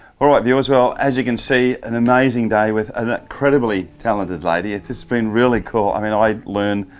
alright viewers, well as you can see, an amazing day with an incredibly talented lady. it's has been really cool. i mean i learned,